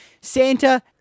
Santa